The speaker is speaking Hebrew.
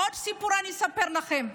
עוד סיפור אני אספר לכם.